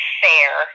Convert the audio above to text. fair